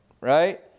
Right